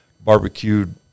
barbecued